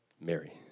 Mary